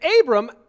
Abram